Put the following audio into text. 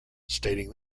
stating